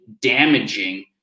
damaging